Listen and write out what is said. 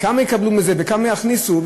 כמה יקבלו מזה וכמה יכניסו?